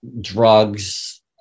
drugs